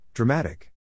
Dramatic